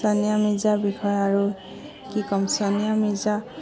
ছানিয়া মিৰ্জাৰ বিষয়ে আৰু কি ক'ম ছানিয়া মিৰ্জা